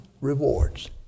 rewards